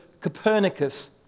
Copernicus